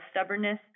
stubbornness